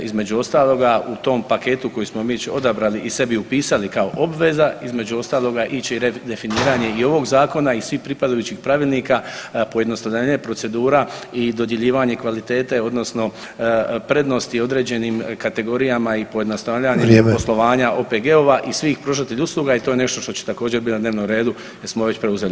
Između ostaloga u tom paketu koji smo već odabrali i sebi upisali kao obveza između ostaloga ići će i redefiniranje i ovog zakona i svih pripadajućih pravilnika, pojednostavljanje procedura i dodjeljivanje kvalitete odnosno prednosti određenim kategorijama i pojednostavljanje [[Upadica: Vrijeme.]] poslovanja OPG-ova i svih pružatelja usluga i to je nešto što će također biti na dnevnom redu jer smo već preuzeli